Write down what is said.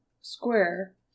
square